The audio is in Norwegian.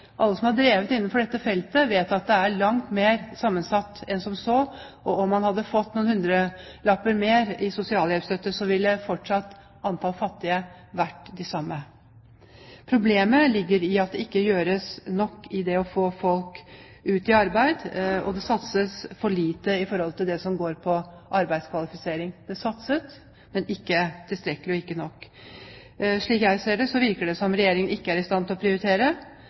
Alle som har drevet innenfor dette feltet, vet at dette er langt mer sammensatt enn som så. Om man hadde gitt noen hundrelapper mer i sosialhjelp, ville fortsatt antall fattige vært det samme. Problemet ligger i at det ikke gjøres nok for å få folk ut i arbeid, og det satses for lite på det som går på arbeidskvalifisering. Det satses, men ikke tilstrekkelig. Slik jeg ser det, virker det som om Regjeringen ikke er i stand til å prioritere.